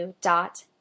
dot